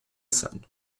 sen